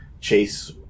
chase